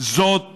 זאת